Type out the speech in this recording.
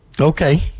Okay